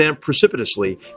precipitously